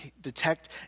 detect